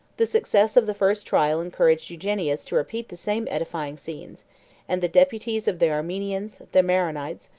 the success of the first trial encouraged eugenius to repeat the same edifying scenes and the deputies of the armenians, the maronites,